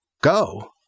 Go